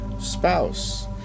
spouse